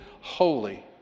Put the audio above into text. holy